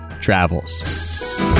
travels